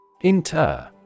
Inter